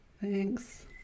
Thanks